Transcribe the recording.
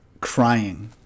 crying